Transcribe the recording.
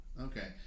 Okay